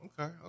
okay